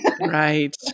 Right